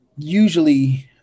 Usually